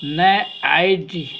نئے آئیڈیہ